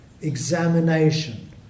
examination